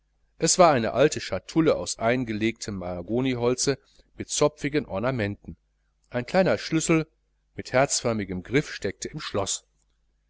es war eine alte schatulle aus eingelegtem mahagoniholze mit zopfigen ornamenten ein kleiner schlüssel mit herzförmigem griff steckte im schloß